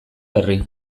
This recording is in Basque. berri